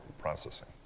processing